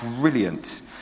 brilliant